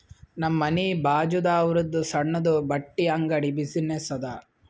ನಮ್ ಮನಿ ಬಾಜುದಾವ್ರುದ್ ಸಣ್ಣುದ ಬಟ್ಟಿ ಅಂಗಡಿ ಬಿಸಿನ್ನೆಸ್ ಅದಾ